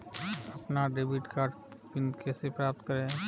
अपना debit card PIN कैसे प्राप्त करें?